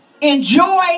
Enjoy